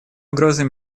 угрозой